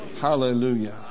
Hallelujah